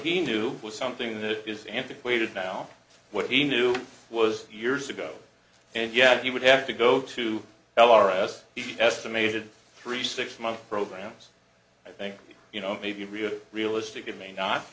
he knew was something that is antiquated now what he knew was years ago and yet he would have to go to l r s he estimated three six month programs i think you know maybe real realistic it may not